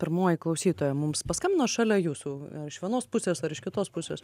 pirmoji klausytoja mums paskambino šalia jūsų iš vienos pusės ar iš kitos pusės